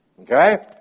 Okay